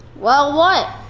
well what?